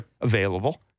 available